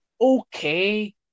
Okay